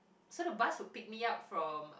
so the bus will pick me up from